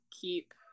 keep